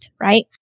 right